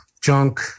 junk